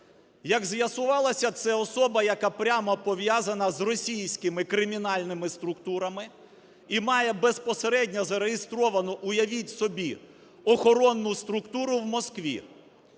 Як з'ясувалося, це особа, яка прямо пов'язана з російськими кримінальними структурами і має безпосередньо зареєстровану (Уявіть собі!) охоронну структуру в Москві.